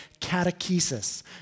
catechesis